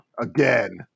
again